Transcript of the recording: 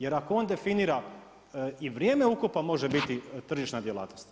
Jer ako on definira, i vrijeme ukopa može biti tržišna djelatnost.